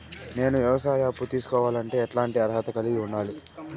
నేను వ్యవసాయ అప్పు తీసుకోవాలంటే ఎట్లాంటి అర్హత కలిగి ఉండాలి?